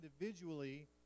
individually